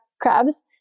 crabs